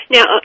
Now